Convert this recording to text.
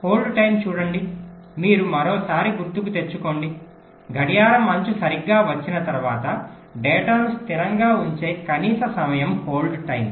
hold time చూడండి మీరు మరోసారి గుర్తుకు తెచ్చుకోండి గడియారం అంచు సరిగ్గా వచ్చిన తర్వాత డేటాను స్థిరంగా ఉంచే కనీస సమయం హోల్డ్ టైమ్